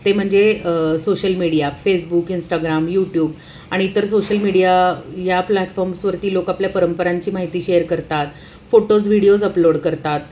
ते म्हणजे social media Facebook Instagram YouTube आणि इतर सोशल मीडिया या प्लॅटफॉर्म्सवरती लोक आपल्या परंपरांची माहिती शेअर करतात फोटोज व्हिडिओज अपलोड करतात